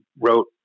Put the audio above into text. wrote